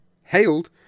hailed